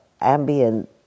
ambient